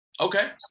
Okay